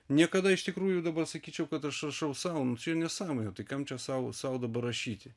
niekada iš tikrųjų dabar sakyčiau kad aš rašau sau nesąmonė tai kam čia sau sau dabar rašyti